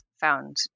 found